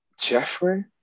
Jeffrey